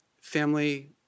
family